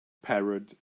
parrot